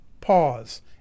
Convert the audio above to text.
pause